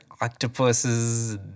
octopuses